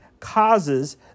causes